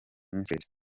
ministries